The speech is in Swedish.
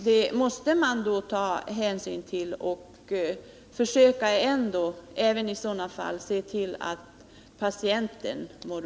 Det måste man ta hänsyn till, men även i sådana fall ändå försöka se till att patienten mår bra.